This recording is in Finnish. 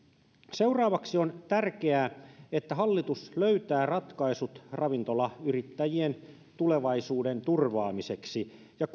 seuraavaksi on tärkeää että hallitus löytää ratkaisut ravintolayrittäjien tulevaisuuden turvaamiseksi ja